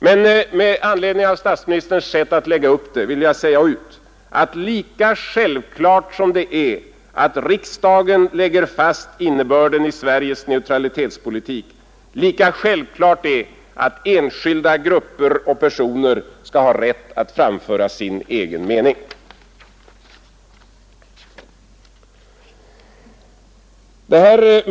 Men med anledning av statsministerns sätt att lägga upp det vill jag säga ut, att lika självklart som det är att riksdagen lägger fast innebörden i Sveriges neutralitetspolitik, lika självklart är att enskilda grupper och personer skall ha rätt att framföra sin egen mening.